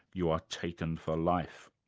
you are taken for life.